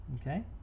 Okay